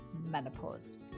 menopause